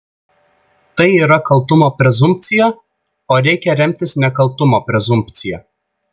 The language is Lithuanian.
tai yra kaltumo prezumpcija o reikia remtis nekaltumo prezumpcija